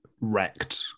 wrecked